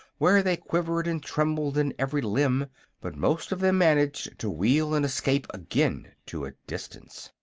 where they quivered and trembled in every limb but most of them managed to wheel and escape again to a distance.